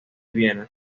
viena